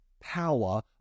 power